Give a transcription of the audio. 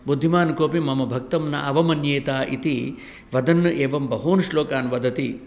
बुद्धिमान् कोपि मम भक्तं न अवमन्येत इति वदन् एवं बहून् श्लोकान् वदति